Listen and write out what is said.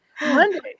Monday